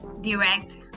direct